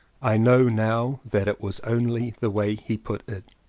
i know now that it was only the way he put it,